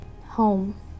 Home